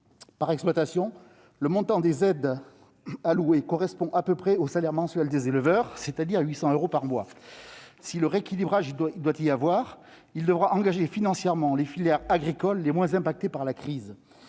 Par exploitation, le montant des aides allouées correspond à peu près au salaire mensuel des éleveurs, c'est-à-dire 800 euros par mois. Si rééquilibrage il doit y avoir, celui-ci devra engager financièrement les filières agricoles les moins impactées par la crise.